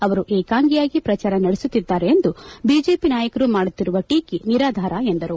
ಅವರು ಏಕಾಂಗಿಯಾಗಿ ಪ್ರಚಾರ ನಡೆಸುತ್ತಿದ್ದಾರೆ ಎಂದು ಬಿಜೆಪಿ ನಾಯಕರು ಮಾಡುತ್ತಿರುವ ಟೀಕೆ ನಿರಾಧಾರ ಎಂದರು